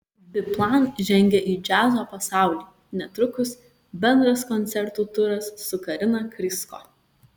biplan žengia į džiazo pasaulį netrukus bendras koncertų turas su karina krysko